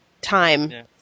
time